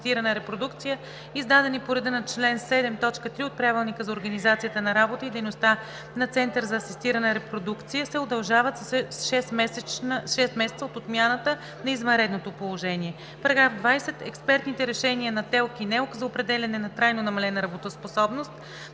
извършване на дейности по асистирана репродукция, издадени по реда на чл. 7, т. 3 от Правилника за организацията на работа и дейността на Център за асистирана репродукция, се удължават с 6 месеца, от отмяната на извънредното положение. § 20. Експертните решения на ТЕЛК и НЕЛК за определяне на трайно намалена работоспособност/вид